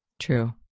True